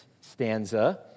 stanza